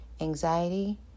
anxiety